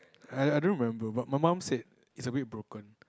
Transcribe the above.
I I don't remember but my mum said it's a bit broken